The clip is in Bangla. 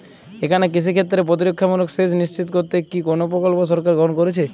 এখানে কৃষিক্ষেত্রে প্রতিরক্ষামূলক সেচ নিশ্চিত করতে কি কোনো প্রকল্প সরকার গ্রহন করেছে?